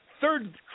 third